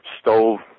stove